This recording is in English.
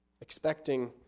expecting